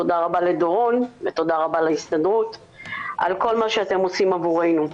תודה רבה לדורון ולהסתדרות על כל מה שאתם עושים עבורנו.